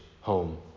home